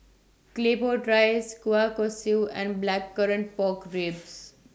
Claypot Rice Kueh Kosui and Blackcurrant Pork Ribs